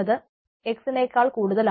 x dash എന്നത് x നെക്കാൾ കൂടുതൽ ആണ്